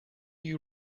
you